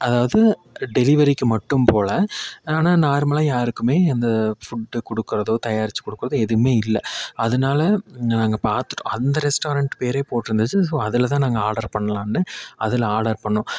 அதாவது டெலிவரிக்கு மட்டும் போல் ஆனால் நார்மலாக யாருக்கும் அந்த ஃபுட்டு கொடுக்குறதோ தயாரித்து கொடுக்குறதோ எதுவும் இல்லை அதனால நாங்கள் பார்த்துட்டு அந்த ரெஸ்ட்டாரண்ட் பேரே போட்டுருந்துச்சு ஸோ அதில் தான் நாங்கள் ஆர்டர் பண்ணலாம்னு அதில் ஆர்டர் பண்ணோம்